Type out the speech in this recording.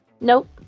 Nope